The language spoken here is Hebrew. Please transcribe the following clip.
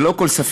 ללא כל ספק,